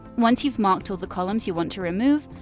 once you've marked all the columns you want to remove,